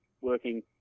working